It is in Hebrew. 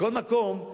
מכל מקום,